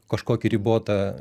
kažkokį ribotą